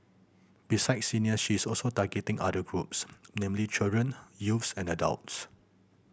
besides seniors she is also targeting other groups namely children youth and adults